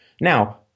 Now